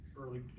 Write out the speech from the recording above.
early